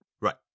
Right